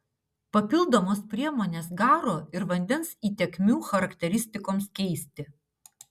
papildomos priemonės garo ir vandens įtekmių charakteristikoms keisti